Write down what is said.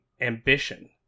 ambition